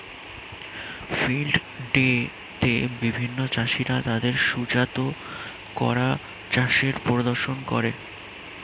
field day তে বিভিন্ন চাষীরা তাদের সুজাত করা চাষের প্রদর্শন করে